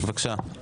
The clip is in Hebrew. בבקשה.